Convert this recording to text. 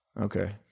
Okay